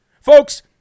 Folks